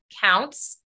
counts